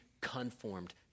conformed